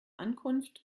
ankunft